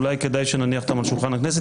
אולי כדאי שנניח אותן על שולחן הכנסת.